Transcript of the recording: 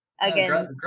Again